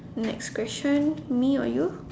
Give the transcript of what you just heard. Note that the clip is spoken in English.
next question me or you